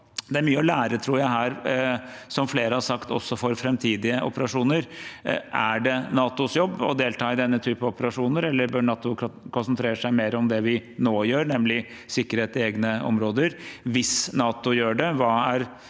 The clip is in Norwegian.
det er mye å lære her, som flere har sagt, også for framtidige operasjoner. Er det NATOs jobb å delta i denne type operasjoner, eller bør NATO konsentrere seg mer om det vi nå gjør, nemlig sikkerhet i egne områder? Hvis NATO gjør det, hva er